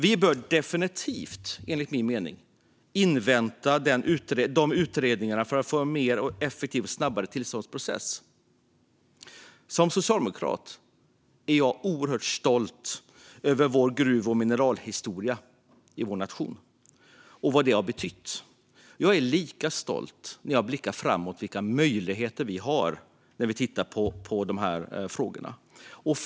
Vi bör definitivt, enligt min mening, invänta utredningarna för att vi ska få en mer effektiv och snabbare tillståndsprocess. Som socialdemokrat är jag oerhört stolt över vår nations gruv och mineralhistoria och vad den har betytt. Jag är lika stolt när jag blickar framåt och ser vilka möjligheter vi har när det gäller dessa frågor.